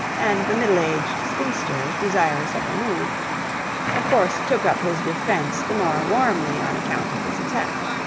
and the middle-aged spinsters desirous of a move of course took up his defence the more warmly on account of this attack.